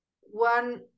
one